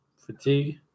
fatigue